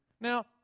Now